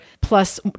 plus